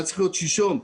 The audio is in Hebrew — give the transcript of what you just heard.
שלשום,